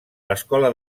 l’escola